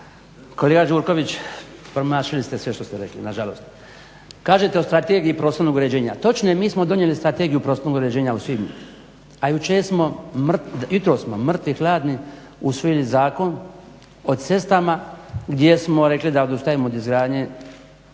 Kolega Gjurković, promašili ste sve što ste rekli, nažalost. Kažete o Strategiji prostornog uređenja, točno je, mi smo donijeli Strategiju prostornog uređenja o svim, a jutros smo mrtvi hladni usvojili Zakon o cestama gdje smo rekli da odustajemo od izgradnje